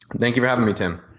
thank you for having me, tim.